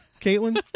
Caitlin